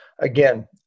again